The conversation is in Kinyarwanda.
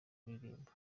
kuririmba